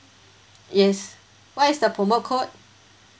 yes what is the promo code